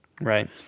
Right